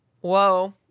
Whoa